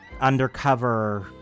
undercover